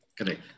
Correct